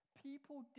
People